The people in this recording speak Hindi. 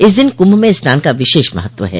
इस दिन कुंभ में स्नान का विशेष महत्व है